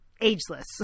ageless